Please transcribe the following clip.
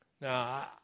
Now